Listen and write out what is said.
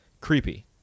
creepy